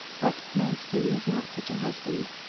but manston was not such a husband,